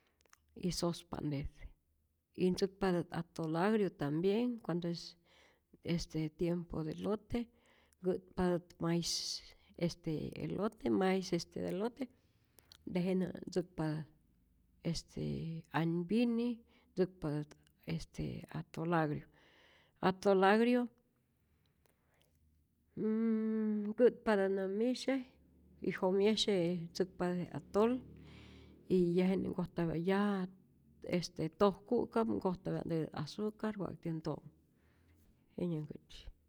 Y sospa'ntetät y ntzäkpatät atol agrio tambien, cuando es este tiempo de elote, nkä'tpatät maiz este elote, maiz este elote, tejenä ntzäkpatät este anpyini, ntzäkpatät este atol agrio, atol agrio nnn- nkä'tpatä nämisye y jomyesye ntzäkpatä je atol y ya jenä nkojtapyat ya este tojku'kap nkojtapya'ntetä azucar wa'ktyä nto'nhu, jenyannhkätyi.